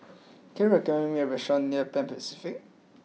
can you recommend me a restaurant near Pan Pacific